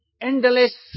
endless